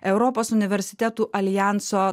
europos universitetų aljanso